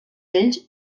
ells